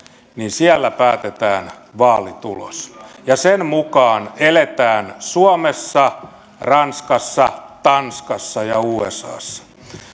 päätetään vaalitulos ja sen mukaan eletään suomessa ranskassa tanskassa ja usassa